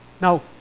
Now